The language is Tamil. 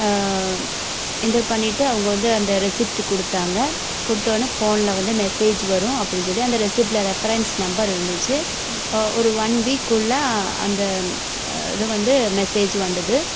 என்டர் பண்ணிவிட்டு அவங்க வந்து அந்த ரெசிப்ட்டு கொடுத்தாங்க கொடுத்த உடனே ஃபோனில் வந்து மெசேஜ் வரும் அப்படின்னு சொல்லி அந்த ரெசிப்ட்டில் ரெஃபரன்ஸ் நம்பர் இருந்துச்சு ஒரு ஒன் வீக்குள்ள அந்த இது வந்து மெஸேஜ் வந்தது